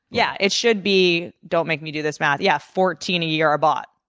yeah. it should be don't make me do this math yeah fourteen a year are bought.